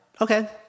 Okay